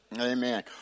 Amen